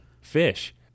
fish